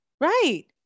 Right